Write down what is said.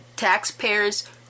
Taxpayers